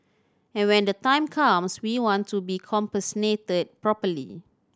and when the time comes we want to be compensated properly